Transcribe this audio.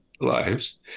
lives